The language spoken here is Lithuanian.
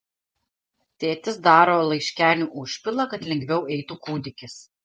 tėtis daro laiškenių užpilą kad lengviau eitų kūdikis